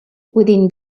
within